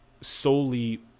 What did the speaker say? solely